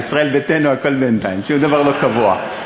בישראל ביתנו הכול בינתיים, שום דבר לא קבוע.